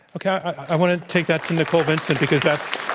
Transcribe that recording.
okay. i wanted to take that nicole vincent because that's